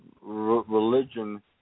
religion